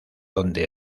donde